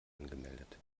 angemeldet